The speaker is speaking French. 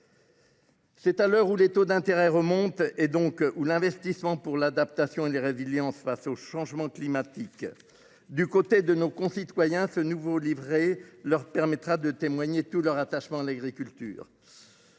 C'est à l'heure où les taux d'intérêt remontent et donc où l'investissement pour l'adaptation et de résilience face au changement climatique. Du côté de nos concitoyens ce nouveau livré leur permettra de témoigner tout leur attachement à l'agriculture.